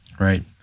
Right